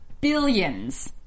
billions